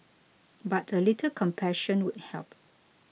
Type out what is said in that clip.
but a little compassion would help